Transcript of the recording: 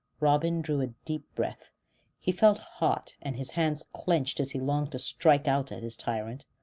robin drew a deep breath he felt hot, and his hands clenched as he longed to strike out at his tyrant.